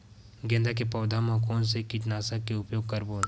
गेंदा के पौधा म कोन से कीटनाशक के उपयोग करबो?